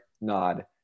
nod